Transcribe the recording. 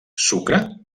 sucre